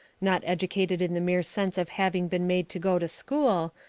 not educated in the mere sense of having been made to go to school,